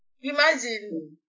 Imagine